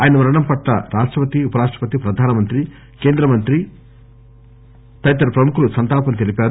ఆయన మరణంపట్ల రాష్టపతి ఉపరాష్టపతి ప్రధాన మంత్రి కేంద్ర హోంమంత్రి తదితర ప్రముఖులు సంతాపం తెలిపారు